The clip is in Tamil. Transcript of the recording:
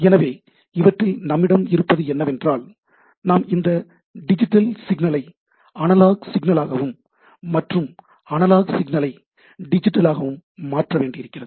எனவே இவற்றில் நம்மிடம் இருப்பது என்னவென்றால் நாம் இந்த டிஜிட்டல் சிக்னலை அனலாக் சிக்னலாகவும் மற்றும் அனலாக் சிக்னலை டிஜிட்டலாகவும் மாற்ற வேண்டி இருக்கிறது